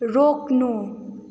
रोक्नु